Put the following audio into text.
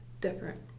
different